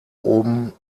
oben